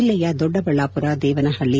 ಜೆಲ್ಲೆಯ ದೊಡ್ಡಬಳ್ಳಾಪುರ ದೇವನಹಳ್ಳಿ